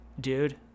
Dude